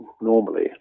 normally